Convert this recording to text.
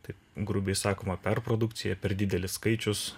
taip grubiai sakoma perprodukcija per didelis skaičius